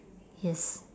yes